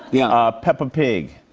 yeah. ah peppa pig.